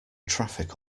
traffic